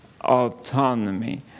autonomy